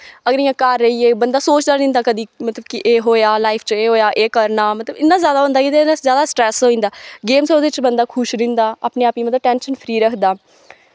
अगर इयां घर रेहियै बंदा सोचदा रैंह्दा कदैं एह् होया लाईफ च एह् होआ एह् करना मतलव इन्ना जादा होंदा एह्दा इन्ना सटरैस्स होई जंदा गेमस ऐ बंदा ओह्दे च खुश रैंह्दा अपने आप गी मतलव टैंशन फ्री रखदा